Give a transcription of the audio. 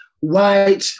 white